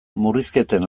murrizketen